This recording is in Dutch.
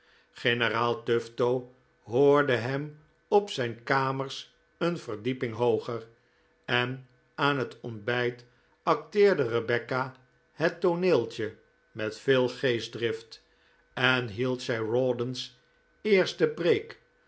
generaal tufto hoorde hem op zijn kamers een verdieping hooger en aan het ontbijt acteerde rebecca het tooneeltje met veel geestdrift en hield zij rawdon's eerste preek